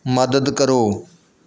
ਮਦਦ ਕਰੋ